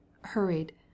hurried